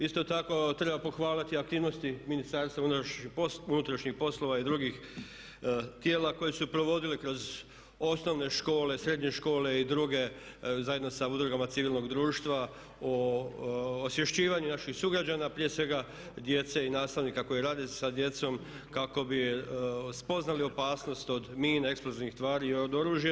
Isto tako treba pohvaliti aktivnosti Ministarstva unutarnjih poslova i drugih tijela koji su provodili kroz osnovne škole, srednje škole i druge zajedno sa udrugama civilnog društva o osvješćivanju naših sugrađana, prije svega djece i nastavnika koji rade sa djecom kako bi spoznali opasnost od mina, eksplozivnih tvari i od oružja.